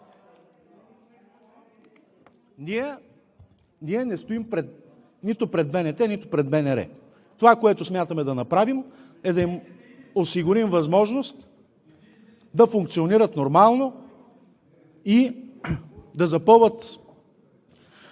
Ние не стоим нито пред БНТ, нито пред БНР. Това, което смятаме да направим, е да им осигурим възможност да функционират нормално и да запълват